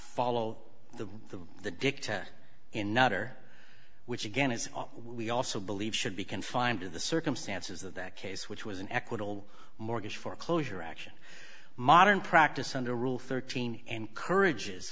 follow the the dicta in nutter which again is we also believe should be confined to the circumstances of that case which was an equitable mortgage foreclosure action modern practice under rule thirteen encourages